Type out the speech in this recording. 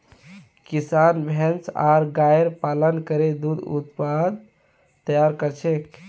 किसान भैंस आर गायर पालन करे दूध उत्पाद तैयार कर छेक